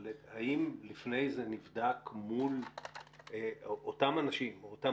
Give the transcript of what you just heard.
אבל האם לפני זה נבדק מול אותם אנשים או אותם